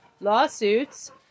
lawsuits